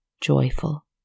joyful